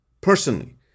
personally